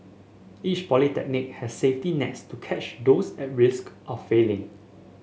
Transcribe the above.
each polytechnic has safety nets to catch those at risk of failing